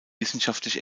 wissenschaftlich